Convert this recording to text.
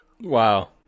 Wow